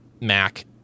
Mac